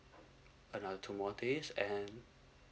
another two more days and